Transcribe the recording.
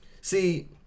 see